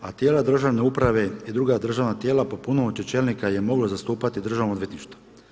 A tijela državne uprave i druga državna tijela po punomoći čelnika je moglo zastupati državno odvjetništvo.